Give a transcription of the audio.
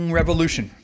revolution